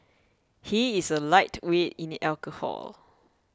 he is a lightweight in alcohol